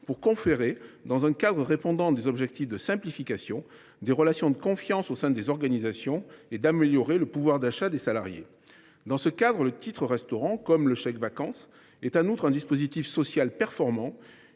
pour assurer, dans un cadre répondant à des objectifs de simplification, des relations de confiance au sein des organisations et améliorer le pouvoir d’achat des salariés. Le titre restaurant, à l’instar du chèque vacances, est un dispositif social performant,